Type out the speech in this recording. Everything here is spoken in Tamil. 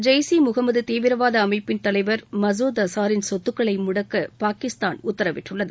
ஜெயிஸ் ஈ முகமது தீவிரவாத அமைப்பின் தலைவர் மசூத் அஸாரின் சொத்துக்களை முடக்க நி பாகிஸ்தான் உத்தரவிட்டுள்ளது